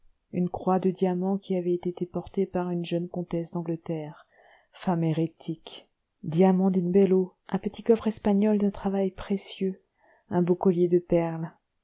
une croix de diamants qui avait été portée par une jeune comtesse d'angleterre femme hérétique diamants d'une belle eau un petit coffre espagnol d'un travail précieux un beau collier de perles